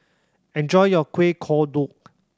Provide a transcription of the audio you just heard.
enjoy your Kueh Kodok